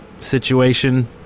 situation